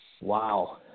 wow